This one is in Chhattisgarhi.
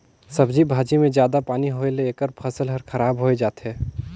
सब्जी भाजी मे जादा पानी होए ले एखर फसल हर खराब होए जाथे